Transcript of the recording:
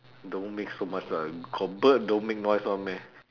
don't make so much uh got bird don't make noise [one] meh